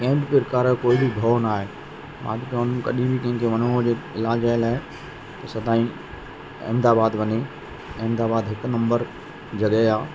कंहिं बि प्रकार जो कोइ बि भउ नाहे मां त चवंदुमि कॾहिं बि कंहिं खे वञिणो हुजे इलाज लाइ त सदाईं अहमदाबाद वञे अहमदाबाद हिकु नंबर जॻहि आहे